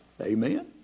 Amen